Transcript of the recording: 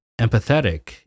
empathetic